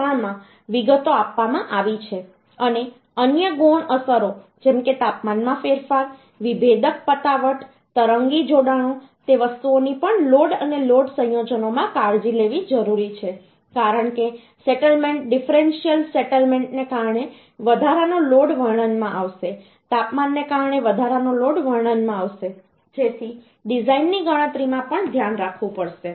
3 માં વિગતો આપવામાં આવી છે અને અન્ય ગૌણ અસરો જેમ કે તાપમાનમાં ફેરફાર વિભેદક પતાવટ તરંગી જોડાણો તે વસ્તુઓની પણ લોડ અને લોડ સંયોજનોમાં કાળજી લેવી જરૂરી છે કારણ કે સેટલમેન્ટ ડિફરન્સિયલ સેટલમેન્ટને કારણે વધારાનો લોડ વર્ણનમાં આવશે તાપમાનને કારણે વધારાનો લોડ વર્ણનમાં આવશે જેથી ડિઝાઇનની ગણતરીમાં પણ ધ્યાન રાખવું પડશે